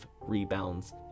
rebounds